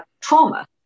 trauma